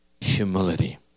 humility